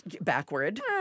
Backward